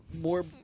more